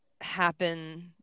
happen